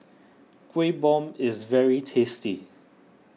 Kueh Bom is very tasty